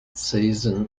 season